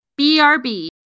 BRB